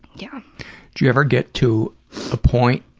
yeah do you ever get to a point